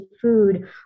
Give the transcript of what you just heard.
food